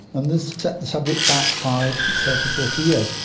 and this set the subject back by thirty, forty years.